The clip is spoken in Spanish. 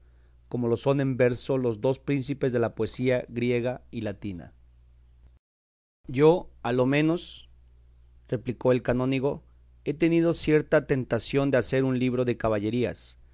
como lo son en verso los dos príncipes de la poesía griega y latina yo a lo menos replicó el canónigo he tenido cierta tentación de hacer un libro de caballerías